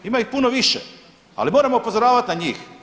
Ima ih puno više, ali moramo upozoravat na njih.